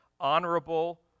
honorable